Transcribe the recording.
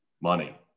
money